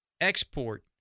export